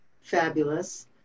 Fabulous